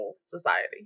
society